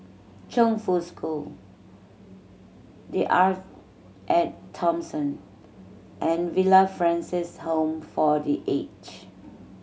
Chongfu School The Arte At Thomson and Villa Francis Home for The Aged